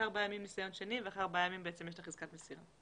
אחרי ארבעה ימים ניסיון שני ואחרי ארבעה ימים יש את חזקת הסבירות.